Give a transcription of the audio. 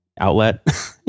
outlet